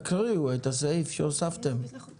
תקריאו את הסעיף שהוספתם.